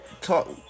talk